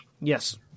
Yes